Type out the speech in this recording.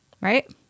right